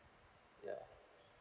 ya